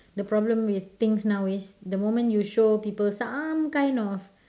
the problem with things now is the moment you show people some kind of